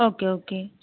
okay okay